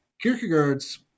Kierkegaard's